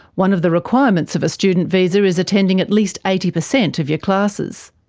one of the requirements of a student visa is attending at least eighty percent of your classes.